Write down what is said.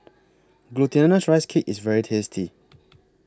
Glutinous Rice Cake IS very tasty